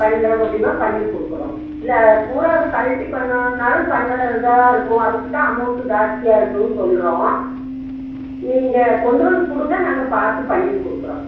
பண்ற முடியுமோ பண்ணி கொடுக்குறோம் இல்லை பூரா அதை கழட்டி பண்ணணுன்னாலும் பண்ண இதாகதான் இருக்கும் அதுக்குத்தான் அமௌண்ட்டு ஜாஸ்தியாக இருக்குன்னு சொல்கிறோம் நீங்கள் கொண்டு வந்து கொடுங்க நாங்கள் பார்த்து பண்ணி கொடுக்குறோம்